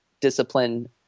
discipline